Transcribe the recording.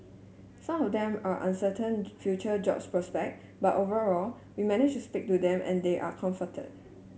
some of them are uncertain future job prospect but overall we managed to speak to them and they are comforted